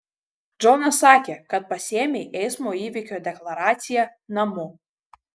džonas sakė kad pasiėmei eismo įvykio deklaraciją namo